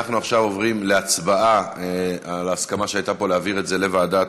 אנחנו עוברים להצבעה על ההסכמה שהייתה פה להעביר את זה לוועדת